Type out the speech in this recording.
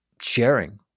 sharing